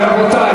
אתה לא מתבייש?